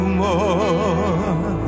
more